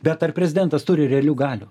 bet ar prezidentas turi realių galių